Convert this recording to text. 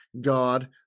God